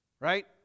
Right